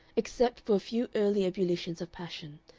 except for a few early ebullitions of passion,